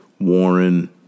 Warren